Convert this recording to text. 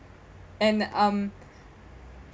and um